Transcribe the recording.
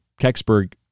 Kecksburg